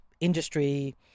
industry